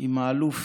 עם האלוף